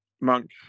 Monk